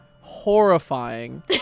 horrifying